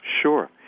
Sure